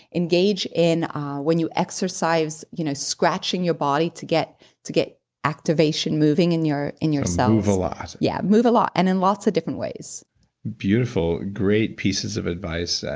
engage in when you exercise you know scratching your body to get to get activation moving in your in your cells move a lot yeah, move a lot and in lots of different ways beautiful. great pieces of advice.